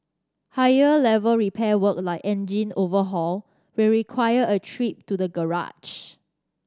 higher level repair work like engine overhaul will require a trip to the garage